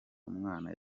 umwana